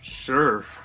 Sure